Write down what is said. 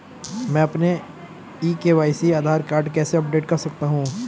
मैं अपना e KYC Aadhaar card कैसे अपडेट कर सकता हूँ?